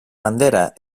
bandera